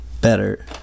better